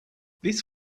this